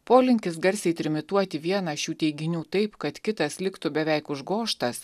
polinkis garsiai trimituoti vieną šių teiginių taip kad kitas liktų beveik užgožtas